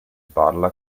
parla